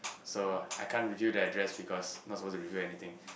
so I can't reveal the address because not supposed to reveal anything